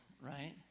right